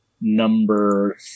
number